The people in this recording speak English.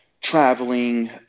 traveling